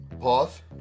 pause